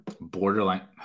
borderline –